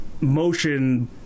motion